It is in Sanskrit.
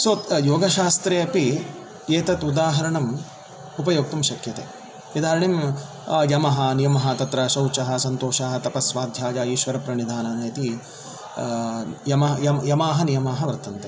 सो योगशास्त्रे अपि एतत् उदाहरणम् उपयोक्तुं शक्यते इदार्णीं यमः नियमः तत्र शौचः सन्तोषः तपस्वाध्याय ईश्वरप्रणिधानः इति यमाः नियमाः वर्तन्ते